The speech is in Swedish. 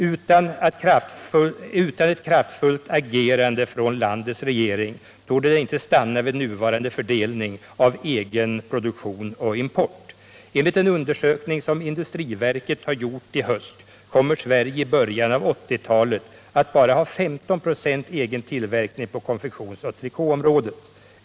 Utan ett kraftfullt agerande från landets regering torde det inte stanna vid nuvarande fördelning av egen produktion och import. Enligt en undersökning som industriverket har gjort i höst kommer Sverige i början av 1980 att bara ha 15 96 i egen tillverkning av konfektionsoch trikåvaror.